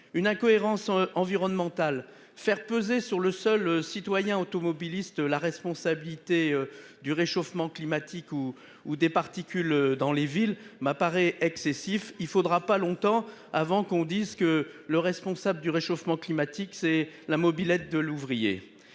une incohérence environnementale faire peser sur le seul citoyen automobiliste la responsabilité du réchauffement climatique ou ou des particules dans les villes m'apparaît excessif il faudra pas longtemps avant qu'on dise que le responsable du réchauffement climatique. C'est la mobylette de l'ouvrier.